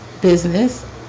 business